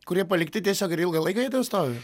kurie palikti tiesiog ir ilgą laiką jie ten stovi